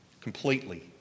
completely